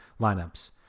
lineups